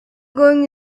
going